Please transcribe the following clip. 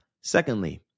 Secondly